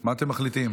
מה אתם מחליטים?